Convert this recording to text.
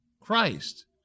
Christ